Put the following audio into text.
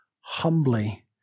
humbly